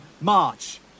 March